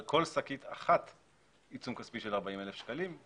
על כל שקית אחת עיצום כספי של 40,000 שקלים,